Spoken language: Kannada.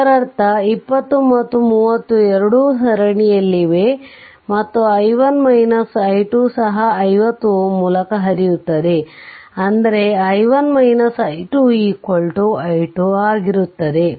ಇದರರ್ಥ 20 ಮತ್ತು 30 ಎರಡೂ ಸರಣಿಯಲ್ಲಿವೆ ಮತ್ತು i1 i2 ಸಹ 50 Ω ಮೂಲಕ ಹರಿಯುತ್ತದೆ ಅಂದರೆ i1 i2 i2